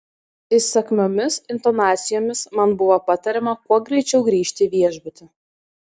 įsakmiomis intonacijomis man buvo patariama kuo greičiau grįžti į viešbutį